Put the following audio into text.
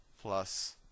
plus